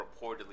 reportedly